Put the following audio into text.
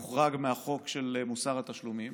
הוא הוחרג מהחוק של מוסר התשלומים,